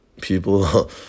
people